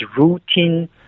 routine